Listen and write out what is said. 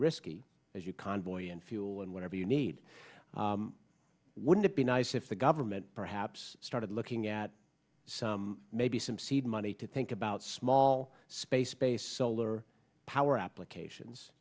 risky as you convoy and fuel and whatever you need wouldn't it be nice if the government perhaps started looking at some maybe some seed money to think about small space based solar power applications